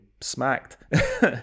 smacked